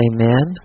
Amen